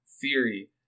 theory